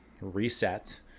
reset